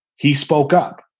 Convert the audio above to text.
he spoke up.